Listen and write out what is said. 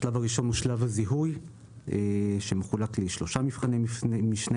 השלב הראשון הוא שלב הזיהוי שמחולק לשלושה מבחני משנה.